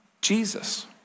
Jesus